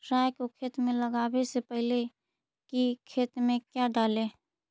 राई को खेत मे लगाबे से पहले कि खेत मे क्या डाले?